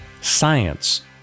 science